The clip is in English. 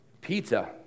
pizza